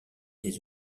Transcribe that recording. des